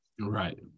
Right